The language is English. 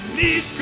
need